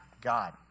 God